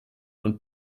und